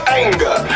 anger